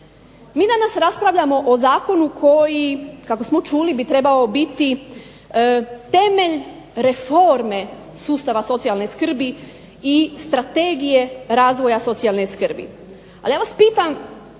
Mi danas raspravljamo o zakonu koji kako smo čuli bi trebao biti temelj Reforme sustava socijalne skrbi i Strategije razvoja socijalne skrbi. Ali ja vas pitam